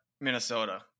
Minnesota